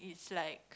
is like